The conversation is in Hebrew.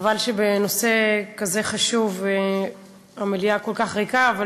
חבל שבנושא חשוב כזה המליאה כל כך ריקה, נכון.